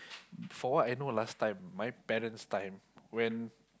from what I know last time my parents' time when